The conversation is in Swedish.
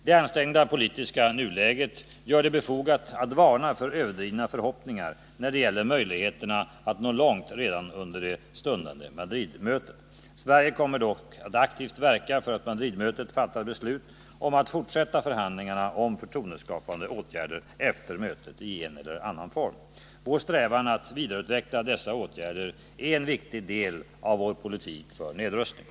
Det ansträngda politiska nuläget gör det befogat att varna för överdrivna förhoppningar när det gäller möjligheterna att nå långt redan under det stundande Madridmötet. Sverige kommer dock att aktivt verka för att Madridmötet fattar beslut om att fortsätta förhandlingarna om förtroendeskapande åtgärder efter mötet i en eller annan form. Vår strävan att vidareutveckla dessa åtgärder är en viktig del av vår politik för nedrustning.